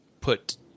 put